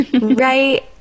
right